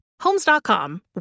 Homes.com